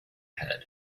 head